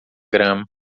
grama